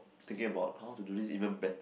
thinking about how to do this even better